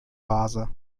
vase